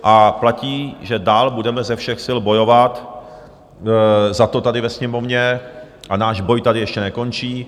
A platí, že dál budeme ze všech sil bojovat za to tady ve Sněmovně, a náš boj tady ještě nekončí.